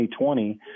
2020